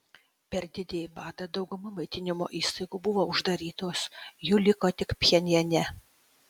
per didįjį badą dauguma maitinimo įstaigų buvo uždarytos jų liko tik pchenjane